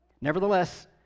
Nevertheless